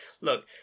look